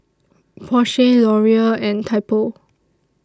Porsche Laurier and Typo